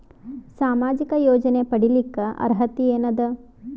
ಸಾಮಾಜಿಕ ಯೋಜನೆ ಪಡಿಲಿಕ್ಕ ಅರ್ಹತಿ ಎನದ?